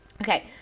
Okay